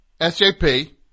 SJP